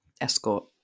Escort